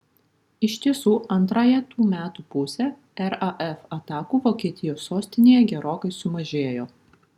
iš tiesų antrąją tų metų pusę raf atakų vokietijos sostinėje gerokai sumažėjo